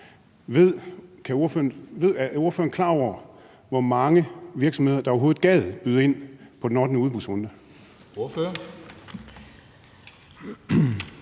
Er ordføreren klar over, hvor mange virksomheder der overhovedet gad byde ind på den ottende udbudsrunde?